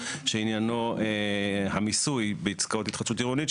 שעניינו המיסוי בעסקאות התחדשות עירונית,